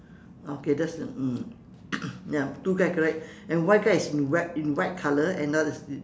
okay that's mm ya two guy correct and one guy is in white in white colour another is is